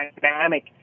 dynamic